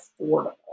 affordable